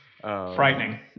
Frightening